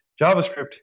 JavaScript